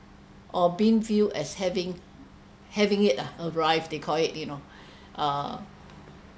or being viewed as having having it uh arrived they call it you know uh